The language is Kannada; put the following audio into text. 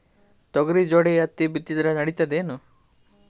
ತೊಗರಿ ಜೋಡಿ ಹತ್ತಿ ಬಿತ್ತಿದ್ರ ನಡಿತದೇನು?